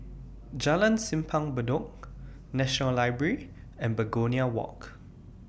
Jalan Simpang Bedok National Library and Begonia Walk